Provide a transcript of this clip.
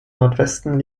nordwesten